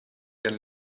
can